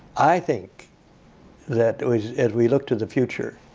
i think that as we look to the future,